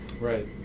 Right